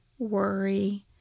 worry